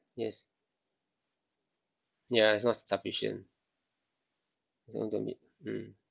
yes yeah it's not sufficient don't want to meet mm